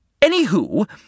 Anywho